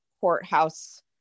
courthouse